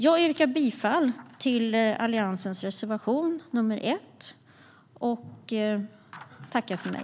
Jag yrkar bifall till Alliansens reservation nr 1 och tackar för mig.